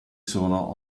sono